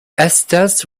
estes